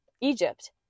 Egypt